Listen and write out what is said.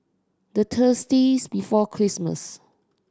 the before Christmas